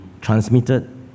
transmitted